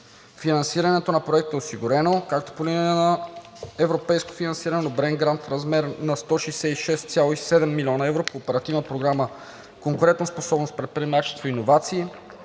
Финансирането на проекта е осигурено както по линия на европейското финансиране, одобрен грант в размер на 166,7 млн. евро по Оперативна програма „Конкурентоспособност, предприемачество и иновации“,